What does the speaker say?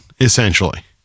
essentially